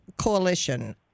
coalition